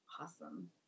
Awesome